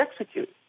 execute